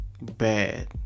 bad